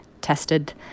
tested